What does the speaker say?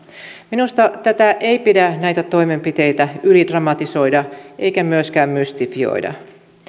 minusta ei pidä näitä toimenpiteitä ylidramatisoida eikä myöskään mystifioida